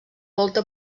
volta